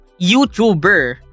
YouTuber